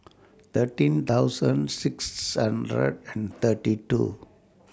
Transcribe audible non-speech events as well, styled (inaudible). thirteen thousand six hundred and (noise) thirty two